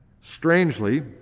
Strangely